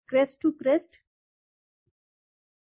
crest to crest एक